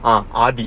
ஆங்ஆதி:aang aadhi